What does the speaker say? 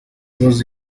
kibazo